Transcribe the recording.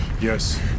Yes